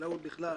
לחקלאות בכלל.